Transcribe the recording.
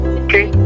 okay